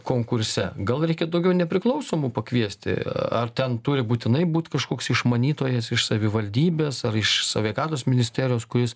konkurse gal reikia daugiau nepriklausomų pakviesti ar ten turi būtinai būti kažkoks išmanytojas iš savivaldybės ar iš sveikatos ministerijos kuris